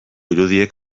irudiek